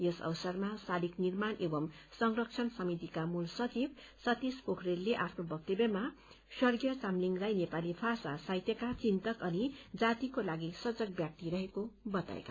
यस अवसरमा शालिग निर्माण एवं संरक्षण समितिका मूल सचिव सतिश पोखरेरलले आफ्नो वक्तव्यमा स्वर्गीय चामलिङलाई नेपाली भाषा साहित्यका चिन्तक अनि जातिको लागि सजक व्यक्ति रहेको बताए